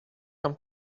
come